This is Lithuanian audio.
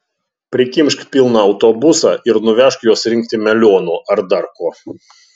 prikimšk pilną autobusą ir nuvežk juos rinkti melionų ar dar ko